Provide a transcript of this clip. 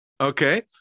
Okay